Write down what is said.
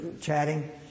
chatting